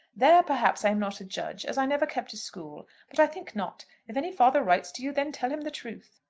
there, perhaps, i am not a judge, as i never kept a school but i think not. if any father writes to you, then tell him the truth.